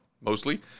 mostly